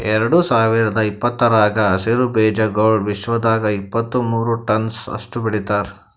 ಎರಡು ಸಾವಿರ ಇಪ್ಪತ್ತರಾಗ ಹಸಿರು ಬೀಜಾಗೋಳ್ ವಿಶ್ವದಾಗ್ ಇಪ್ಪತ್ತು ಮೂರ ಟನ್ಸ್ ಅಷ್ಟು ಬೆಳಿತಾರ್